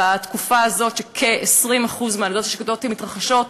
בתקופה הזאת כ-20% מהלידות השקטות מתרחשות,